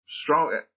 strong